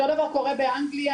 אותו הדבר קורה באנגליה,